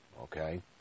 Okay